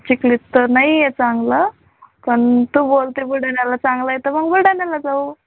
चिखलीत तर नाहीये चांगला पण तू बोलतेय बुलढाण्याला चांगला आहे तर मग बुलढाण्याला जाऊ